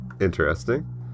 interesting